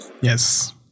Yes